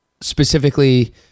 Specifically